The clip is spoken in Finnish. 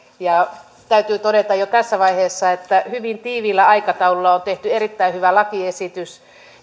ja täytyy todeta jo tässä vaiheessa että hyvin tiiviillä aikataululla on tehty erittäin hyvä lakiesitys